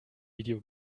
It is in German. video